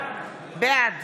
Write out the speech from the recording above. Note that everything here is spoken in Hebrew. בעד